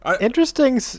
Interesting